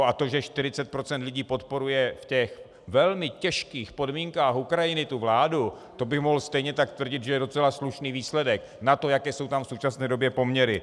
A to, že 40 procent lidí podporuje v těch velmi těžkých podmínkách Ukrajiny tu vládu, to bych mohl stejně tak tvrdit, že je docela slušný výsledek na to, jaké jsou tam v současné době poměry.